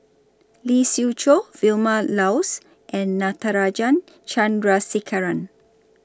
Lee Siew Choh Vilma Laus and Natarajan Chandrasekaran